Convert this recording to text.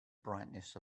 brightness